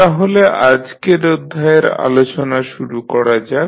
তাহলে আজকের অধ্যায়ের আলোচনা শুরু করা যাক